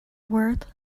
worth